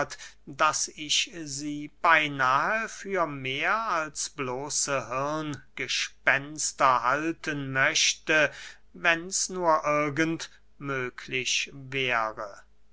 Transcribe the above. daß ich sie beynahe für mehr als bloße hirngespenster halten möchte wenn's nur irgend möglich wäre